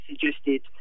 suggested